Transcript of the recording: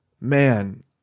man